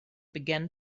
began